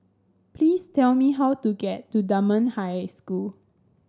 please tell me how to get to Dunman High School